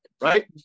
right